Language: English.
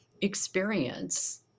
experience